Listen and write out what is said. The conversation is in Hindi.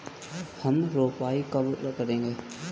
हम रोपाई कब करेंगे?